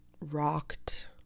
rocked